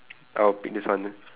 I'll pick this one